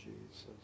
Jesus